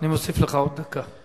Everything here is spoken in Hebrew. אני מוסיף לך עוד דקה.